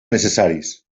necessaris